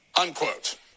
unquote